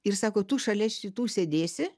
ir sako tu šalia šitų sėdėsi